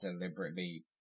deliberately